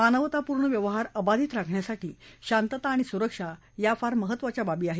मानवतापूर्ण व्यवहार अबाधित राखण्यासाठी शांतता आणि सुरक्षा या फार महत्त्वाच्या बाबी आहेत